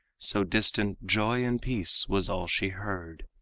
so distant joy and peace was all she heard.